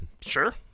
sure